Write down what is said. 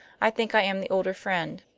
i think i am the older friend.